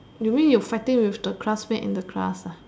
you mean you fighting with the class met in the class